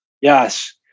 Yes